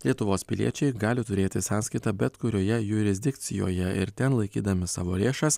lietuvos piliečiai gali turėti sąskaitą bet kurioje jurisdikcijoje ir ten laikydami savo lėšas